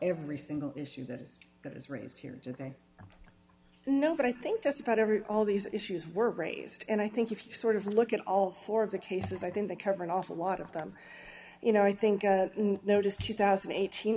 every single issue that is that is raised here today no but i think just about every all these issues were raised and i think if you sort of look at all four of the cases i think they care an awful lot of them you know i think i noticed two thousand eight